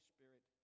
Spirit